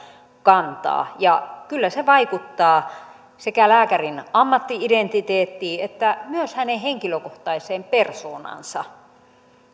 kantaa ja kyllä se vaikuttaa sekä lääkärin ammatti identiteettiin että myös hänen henkilökohtaiseen persoonaansa